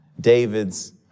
David's